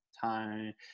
time